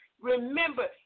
Remember